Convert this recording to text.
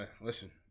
listen